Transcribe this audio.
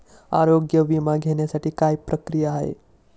आरोग्य विमा घेण्यासाठी काय प्रक्रिया आहे?